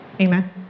Amen